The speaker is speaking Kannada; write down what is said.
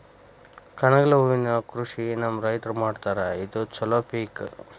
ಕನಗಲ ಹೂವಿನ ಕೃಷಿ ನಮ್ಮ ರೈತರು ಮಾಡತಾರ ಇದು ಚಲೋ ಪಿಕ